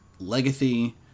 Legacy